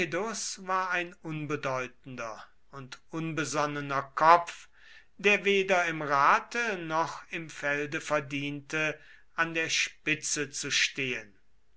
war ein unbedeutender und unbesonnener kopf der weder im rate noch im felde verdiente an der spitze zu stehen